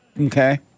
Okay